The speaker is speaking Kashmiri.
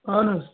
اَہَن حظ